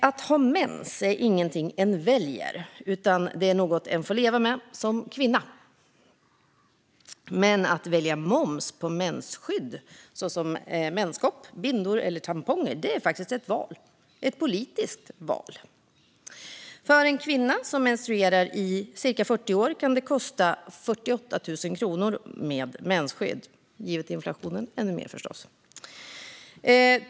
Att ha mens är ingenting en väljer, utan det är något en får leva med som kvinna. Men att ha moms på mensskydd, såsom menskopp, bindor eller tamponger, är ett val, ett politiskt val. För en kvinna som menstruerar i cirka 40 år kan mensskydd kosta 48 000 kronor - givet inflationen ännu mer, förstås.